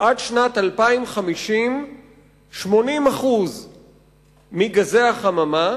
עד שנת 2050 80% מגזי החממה